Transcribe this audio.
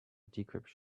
decryption